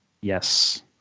Yes